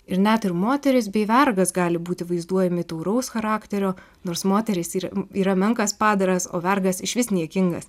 ir net ir moterys bei vergas gali būti vaizduojami tauraus charakterio nors moterys ir yra menkas padaras o vergas išvis niekingas